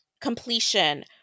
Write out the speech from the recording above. completion